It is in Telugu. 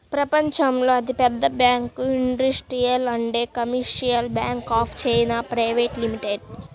ప్రపంచంలో అతిపెద్ద bank industrial and commercial bank of China private limited